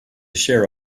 share